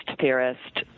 theorist